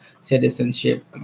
citizenship